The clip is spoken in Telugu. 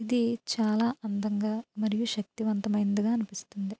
ఇది చాలా అందంగా మరియు శక్తివంతమైనదిగా అనిపిస్తుంది